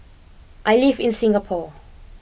I live in Singapore